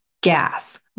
gas